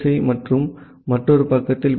இ மற்றும் மற்றொரு பக்கத்தில் வி